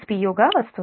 u గా వస్తుంది